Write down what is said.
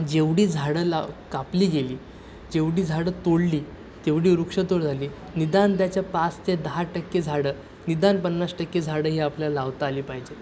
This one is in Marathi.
जेवढी झाडं लाव कापली गेली जेवढी झाडं तोडली तेवढी वृक्ष तोड झाली निदान त्याच्या पाच ते दहा टक्के झाडं निदान पन्नास टक्के झाडं ही आपल्याला लावता आली पाहिजे